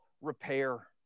repair